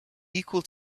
equal